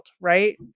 right